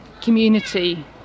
community